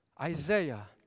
Isaiah